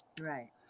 Right